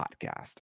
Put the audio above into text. podcast